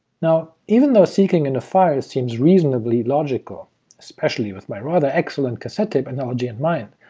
now, even though seeking in the file seems reasonably logical especially with my rather excellent cassette tape analogy in mind!